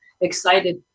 excited